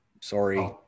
Sorry